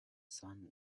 sun